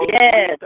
yes